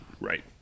Right